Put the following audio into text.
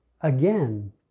again